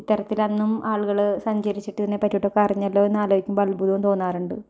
ഇത്തരത്തിൽ അന്നും ആളുകൾ സഞ്ചരിച്ചിട്ട് ഇതിനെ പറ്റിയിട്ട് പറഞ്ഞല്ലോ എന്ന് ആലോചിക്കുമ്പോൾ അത്ഭുതം തോന്നാറുണ്ട്